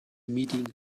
meeting